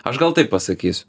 aš gal taip pasakysiu